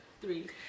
three